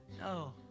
No